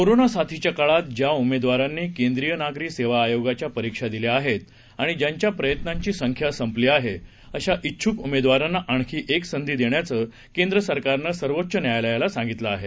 कोरोनासाथीच्याकाळातज्याउमेदवारांनी केंद्रीयनागरीसेवाआयोगाचीपरीक्षादिल्याआहेत आणिज्यांच्याप्रयत्नांचीसंख्यासंपलीआहे अशा डिछुकउमेदवारांनाआणखीएकसंधीदेण्याचंकेंद्रसरकारनंसर्वोच्चन्यायालयालासांगितलंआहे